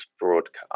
broadcast